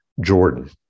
Jordan